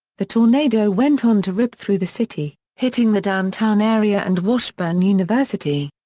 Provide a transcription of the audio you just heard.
the tornado went on to rip through the city, hitting the downtown area and washburn university.